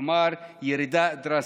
כלומר ירידה דרסטית.